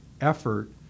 effort